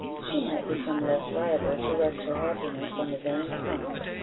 she might become less liable to rest her happiness on the vain pomp,